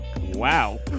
wow